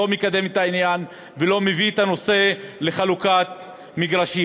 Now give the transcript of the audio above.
לא מקדם את העניין ולא מביא את העניין לחלוקת מגרשים.